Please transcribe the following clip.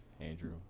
Andrew